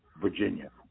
Virginia